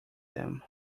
them